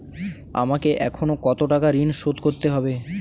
আমাকে এখনো কত টাকা ঋণ শোধ করতে হবে?